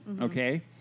okay